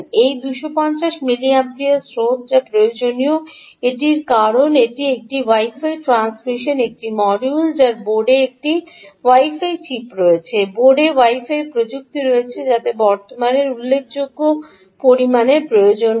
এই 250 মিলিঅ্যাম্পিয়ার স্রোত যা প্রয়োজনীয় এটি কারণ এটি একটি ওয়াই ফাই ট্রান্সমিশন এটি মডিউল যার বোর্ডে একটি ওয়াই ফাই চিপ রয়েছে বোর্ডে ওয়াই ফাই প্রযুক্তি রয়েছে যাতে বর্তমানের উল্লেখযোগ্য পরিমাণের প্রয়োজন হয়